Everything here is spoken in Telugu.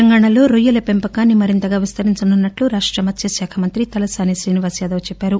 తెలంగాణలో రొయ్యల పెంపకాన్ని మరింత విస్తరించనున్నట్లు రాష్ట మత్స్య శాఖ మంత్రి తలసాని శ్రీనివాస్ యాదవ్ చెప్పారు